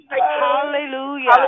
hallelujah